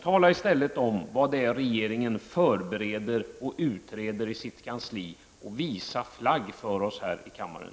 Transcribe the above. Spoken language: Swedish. Tala i stället om vad det är regeringen förbereder och utreder i sitt kansli, och visa flagg för oss här i kammaren!